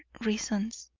reasons